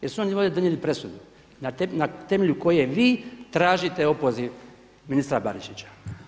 Jer su oni ovdje donijeli presudu, na temelju koje vi tražite opoziv ministra Barišića.